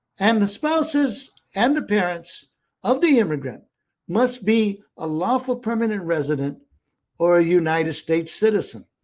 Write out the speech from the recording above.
and the spouses and the parents of the immigrant must be a lawful permanent resident or a united states citizen.